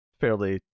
fairly